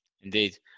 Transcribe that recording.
Indeed